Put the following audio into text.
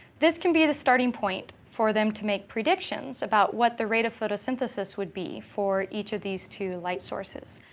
this can be the starting point for them to make predictions about what the rate of photosynthesis would be for each of these two light sources.